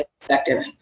effective